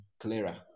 clearer